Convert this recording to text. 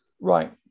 Right